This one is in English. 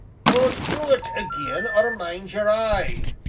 don't do it again, or mind your eye!